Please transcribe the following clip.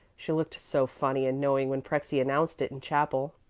she looked so funny and knowing when prexy announced it in chapel.